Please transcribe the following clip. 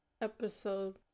episode